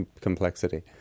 complexity